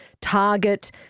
target